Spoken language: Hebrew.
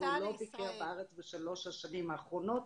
והוא לא ביקר בארץ בשלוש השנים האחרונות?